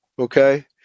Okay